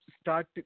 start